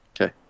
Okay